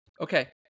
Okay